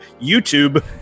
YouTube